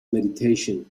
meditation